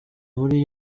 muri